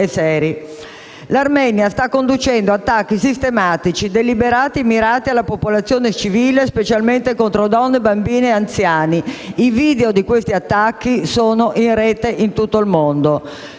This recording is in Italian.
L'Armenia sta conducendo attacchi sistematici, deliberati e mirati alla popolazione civile specialmente contro donne, bambini e anziani. I video di questi attacchi sono in rete in tutto il mondo;